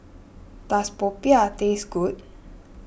does Popiah taste good